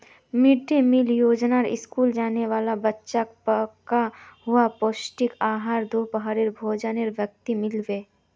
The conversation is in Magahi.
मिड दे मील योजनात स्कूल जाने वाला बच्चाक पका हुआ पौष्टिक आहार दोपहरेर भोजनेर वक़्तत मिल बे